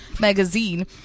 magazine